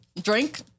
drink